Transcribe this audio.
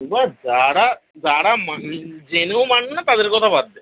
এবার যারা যারা মানে জেনেও মানে না তাদের কথা বাদ দে